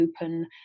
open